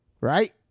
Right